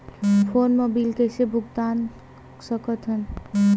Phone मा bill कइसे भुक्तान साकत हन?